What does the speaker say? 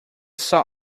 saw